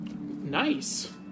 Nice